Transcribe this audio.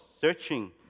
searching